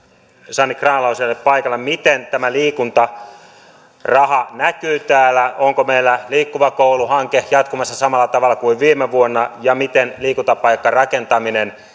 sanni grahn laasonen ei ole paikalla miten tämä liikuntaraha näkyy täällä onko meillä liikkuva koulu hanke jatkumassa samalla tavalla kuin viime vuonna miten liikuntapaikkarakentaminen